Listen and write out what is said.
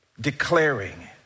declaring